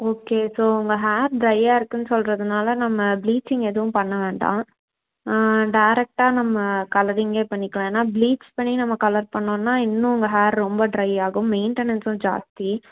okay so உங்கள் hair ட்ரையாக இருக்குன்னு சொல்கிறதுனால நம்ம ப்ளீச்சிங் எதுவும் பண்ண வேண்டாம் டேரெக்டாக நம்ம கலரிங்கே பண்ணிக்கலாம் ஏன்னால் ப்ளீச் பண்ணி நம்ம கலர் பண்ணோன்னால் இன்னும் உங்கள் ஹேர் ரொம்ப ட்ரை ஆகும் மெயின்டனஸும் ஜாஸ்தி